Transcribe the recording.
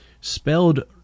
spelled